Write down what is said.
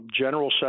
general